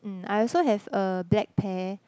mm I also have a black pair